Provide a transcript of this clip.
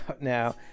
now